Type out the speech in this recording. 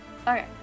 Okay